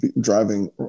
driving